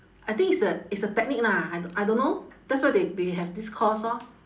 I think it's a it's a technique lah I I don't know that's why they they have this course orh